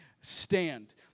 stand